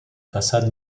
façade